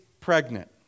pregnant